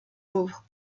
pauvres